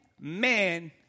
man